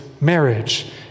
marriage